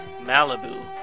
Malibu